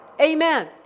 Amen